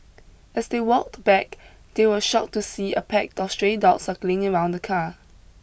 as they walked back they were shocked to see a pack of stray dogs circling around the car